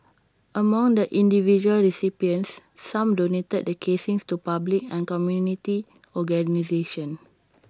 among the individual recipients some donated the casings to public and community organisations